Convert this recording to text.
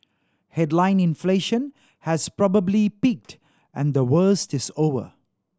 headline inflation has probably peaked and the worst is over